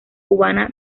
cubana